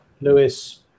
Lewis